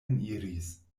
eniris